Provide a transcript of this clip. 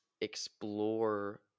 explore